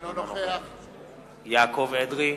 אינו נוכח יעקב אדרי,